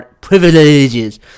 privileges